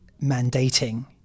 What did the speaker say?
mandating